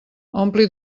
ompli